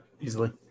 Easily